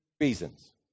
reasons